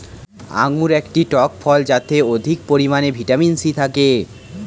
আঙুর একটি টক ফল যাতে অধিক পরিমাণে ভিটামিন সি থাকে